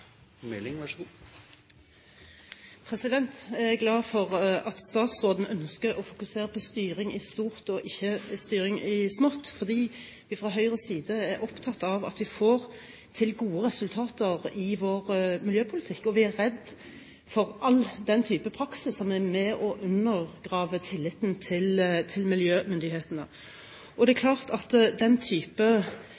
Jeg er glad for at statsråden ønsker å fokusere på styring i stort og ikke styring i smått, for vi fra Høyres side er opptatt av at vi får til gode resultater i vår miljøpolitikk, og vi er redd for all den type praksis som er med og undergraver tilliten til miljømyndighetene. Det er